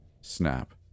Snap